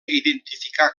identificar